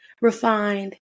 refined